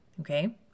Okay